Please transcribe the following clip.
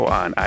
on